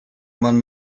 man